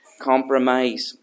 Compromise